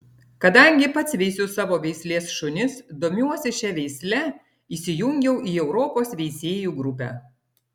kadangi pats veisiu savo veislės šunis domiuosi šia veisle įsijungiau į europos veisėjų grupę